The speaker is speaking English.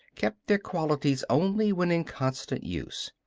kept their qualities only when in constant use.